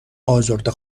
ازرده